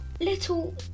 little